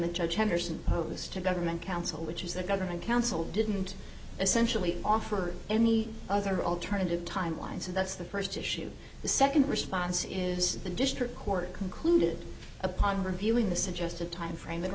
henderson posed to government counsel which is the government counsel didn't essentially offer any other alternative timelines and that's the first issue the second response is the district court concluded upon reviewing the suggested timeframe